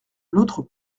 l’autre